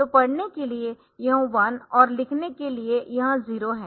तो पढ़ने के लिए यह 1 और लेखन के लिए यह 0 है